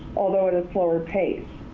although at a slower pace.